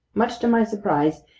much to my surprise,